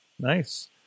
Nice